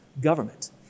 government